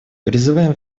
призываем